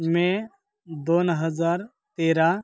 मे दोन हजार तेरा